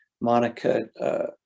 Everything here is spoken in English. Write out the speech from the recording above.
Monica